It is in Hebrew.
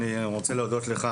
אני רוצה להודות לך,